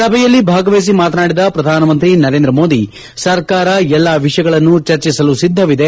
ಸಭೆಯಲ್ಲಿ ಭಾಗವಹಿಸಿ ಮಾತನಾಡಿದ ಪ್ರಧಾನಮಂತ್ರಿ ನರೇಂದ್ರ ಮೋದಿ ಸರ್ಕಾರ ಎಲ್ಲಾ ವಿಷಯಗಳನ್ನು ಚರ್ಚಿಸಲು ಸಿದ್ದವಿದೆ